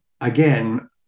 Again